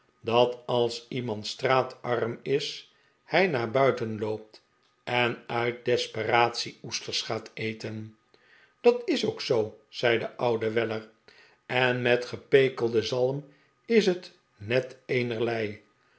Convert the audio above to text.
dat als iemand straatarm is hij naar buiten loopt en uit desperatie oesters gaat eten dat is ook zoo zei de oude weller en met gepekelde zalm is het net eenerlei